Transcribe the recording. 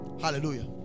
Hallelujah